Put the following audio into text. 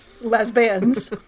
lesbians